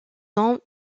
ans